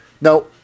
Now